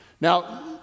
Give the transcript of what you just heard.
Now